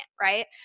right